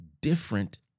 different